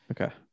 Okay